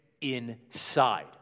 inside